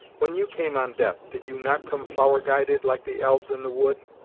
when you came on death, did you not come flower-guided like the elves in the wood?